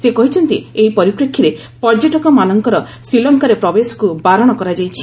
ସେ କହିଛନ୍ତି ଏହି ପରିପ୍ରେକ୍ଷୀରେ ପର୍ଯ୍ୟଟକମାନଙ୍କର ଶ୍ରୀଲଙ୍କାରେ ପ୍ରବେଶକୁ ବାରଣ କରାଯାଇଛି